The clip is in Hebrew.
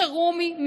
חירומי,